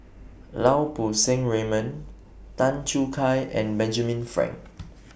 Lau Poo Seng Raymond Tan Choo Kai and Benjamin Frank